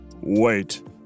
Wait